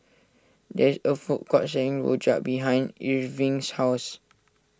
there is a food court selling Rojak behind Irving's house